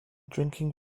drinking